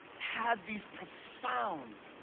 had these profound,